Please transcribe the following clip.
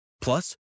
Plus